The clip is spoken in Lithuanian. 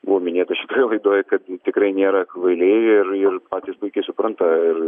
buvo minėta šitoj laidoj kad tikrai nėra kvailiai ir ir patys puikiai supranta ir